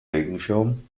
regenschirm